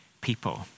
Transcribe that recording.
people